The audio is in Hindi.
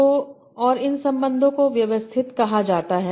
तो और इन संबंधों को व्यवस्थित कहा जाता है